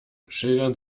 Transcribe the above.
schildern